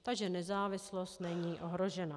Takže nezávislost není ohrožena.